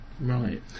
Right